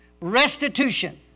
Restitution